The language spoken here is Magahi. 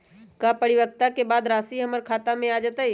का परिपक्वता के बाद राशि हमर खाता में आ जतई?